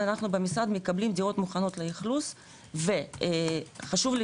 אנחנו במשרד מקבלים דירות מוכנות לאכלוס וחשוב לי